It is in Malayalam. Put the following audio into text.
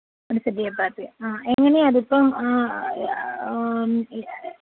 ഒരു സെറ്റ് ചപ്പാത്തി ആ എങ്ങനെയാണ് അതിപ്പം